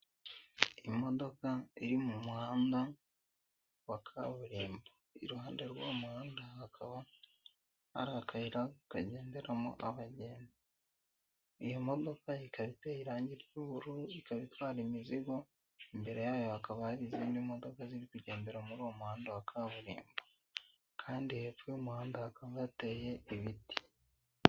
Imodoka iri mu muhanda wa kaburimbo, iruhande rw'uwo muhanda hakaba hari akayira kagenderamo imodoka, iyo modoka ikaba iteye irangi ry'ubururu ikaba itwara imizigo imbere yayo hakaba hari izindi modoka zirigendera muri uwo muhanda wa kaburimbo kandi hepfo y'umuhanda wako hateye ibiti.